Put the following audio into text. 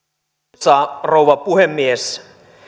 arvoisa rouva puhemies